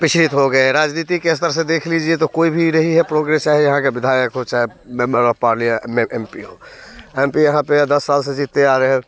पिछड़ित हो गया राजनीति के स्तर से देख लीजिए तो कोई भी नहीं है प्रोग्रेस चाहे यहाँ के विधायक हो चाहे member of parliament M P हो एम पी यहाँ पर दस साल से जीतते आ रहे हैं